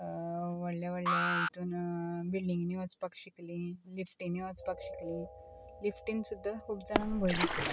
व्हडले व्हडले हितून बिल्डींग वचपाक शिकली लिफ्टीनी वचपाक शिकलीं लिफ्टीन सुद्दा खूब जाणांक भंय दिसता